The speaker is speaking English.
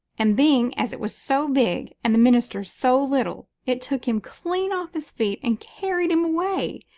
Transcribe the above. and, being as it was so big and the minister so little, it took him clean off his feet and carried him away.